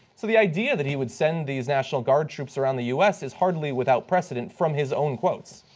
so the idea that he would send these national guard troops around the u s. is hardly without precedent, from his own quotes.